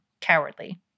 cowardly